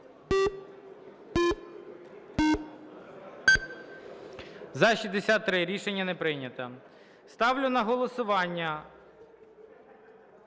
За-63 Рішення не прийнято. Ставлю на голосування